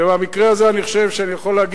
ובמקרה הזה אני חושב שאני יכול להבין,